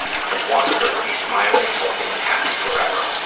i want her to be smiling, healthy and happy forever,